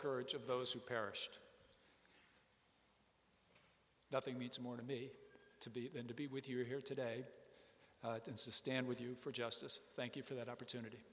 courage of those who perished nothing means more than me to be and to be with you here today to stand with you for justice thank you for that opportunity